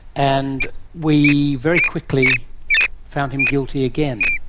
and we very quickly found him guilty again.